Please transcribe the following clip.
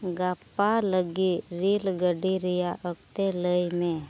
ᱜᱟᱯᱟ ᱞᱟᱹᱜᱤᱫ ᱨᱮᱹᱞ ᱜᱟᱹᱰᱤ ᱨᱮᱱᱟᱜ ᱚᱠᱛᱚ ᱞᱟᱹᱭᱢᱮ